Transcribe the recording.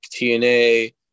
TNA